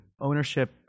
Ownership